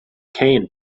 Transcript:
cane